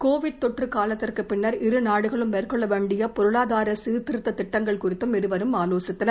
Covid தொற்று காலத்திற்குப் பின்னர் இரு நாடுகளும் மேற்கொள்ள வேண்டிய பொருளாதார சீர்திருத்த திட்டங்கள் குறித்தும் இருவரும் ஆலோசித்தனர்